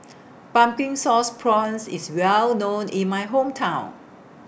Pumpkin Sauce Prawns IS Well known in My Hometown